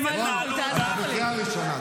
גם שקר שתגידי הרבה פעמים,